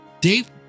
Dave